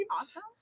Awesome